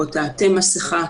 בוא תעטה מסכה,